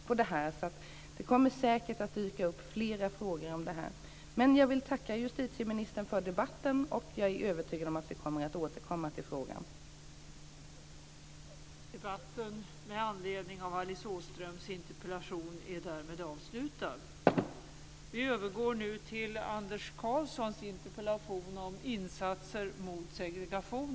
Således dyker det säkert upp fler frågor om detta. Jag vill tacka justitieministern för debatten och är övertygad om att vi återkommer till frågan.